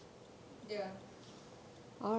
ya